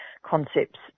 Concepts